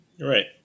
Right